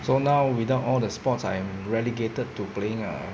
so now without all the sports I am relegated to playing ah